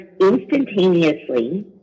instantaneously